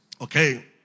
Okay